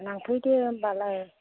लांफैदो होम्बालाय